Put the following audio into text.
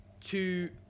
two